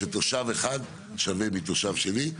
שתושב אחד שווה פחות מתושב שני,